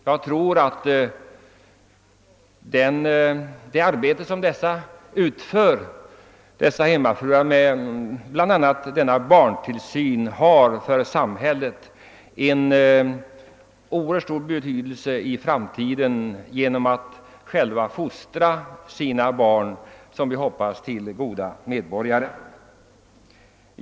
Jag tror att det arbete dessa hemmafruar med bl.a. denna barntillsyn utför åt samhället har en oerhört stor betydelse i framtiden genom att de själva fostrar sina barn till som vi hoppas goda medborgare.